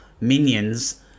Minions